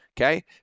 Okay